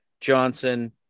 Johnson